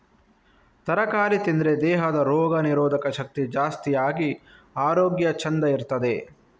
ತರಕಾರಿ ತಿಂದ್ರೆ ದೇಹದ ರೋಗ ನಿರೋಧಕ ಶಕ್ತಿ ಜಾಸ್ತಿ ಆಗಿ ಆರೋಗ್ಯ ಚಂದ ಇರ್ತದೆ